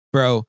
Bro